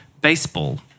baseball